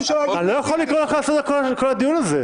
הממשלה --- אני לא יכול לקרוא לך לסדר את כל הדיון זה.